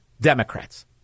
Democrats